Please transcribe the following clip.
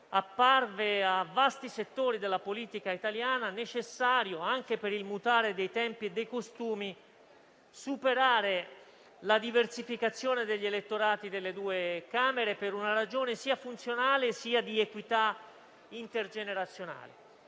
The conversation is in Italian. necessario a vasti settori della politica italiana, anche per il mutare dei tempi e dei costumi, superare la diversificazione degli elettorati delle due Camere, per una ragione sia funzionale sia di equità intergenerazionale.